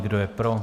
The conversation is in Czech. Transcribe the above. Kdo je pro?